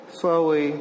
Slowly